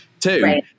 Two